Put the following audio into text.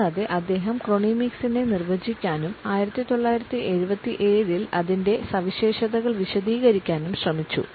കൂടാതെ അദ്ദേഹം ക്രോണമിക്സ്നെ നിർവചിക്കാനും 1977 ൽ അതിന്റെ സവിശേഷതകൾ വിശദീകരിക്കാനും ശ്രമിച്ചു